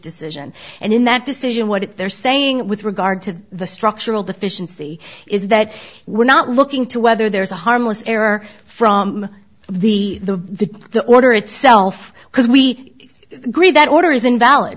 decision and in that decision what if they're saying with regard to the structural deficiency is that we're not looking to whether there is a harmless error from the the the the order itself because we agree that order is invalid